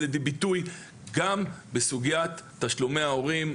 לידי ביטוי גם בסוגיית תשלומי ההורים,